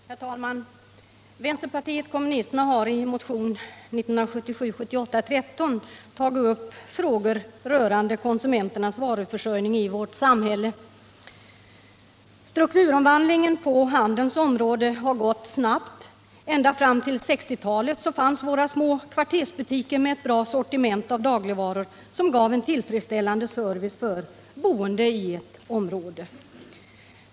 Herr talman! Vänsterpartiet kommunisterna har i motionen 1977/78:13 tagit upp frågor rörande konsumenternas varuförsörjning i vårt samhälle. Strukturomvandlingen på handelns område har gått snabbt. Ända fram till 1960-talet fanns våra små kvartersbutiker, med ett bra sortiment av dagligvaror som gav en tillfredsställande service för boende i ett område.